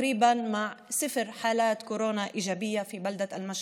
קרוב לאפס מקרי קורונה חיוביים ביישוב משהד,